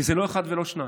כי זה לא אחד ולא שניים,